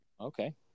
okay